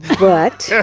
but. yeah